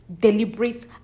deliberate